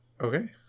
Okay